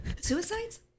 suicides